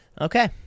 okay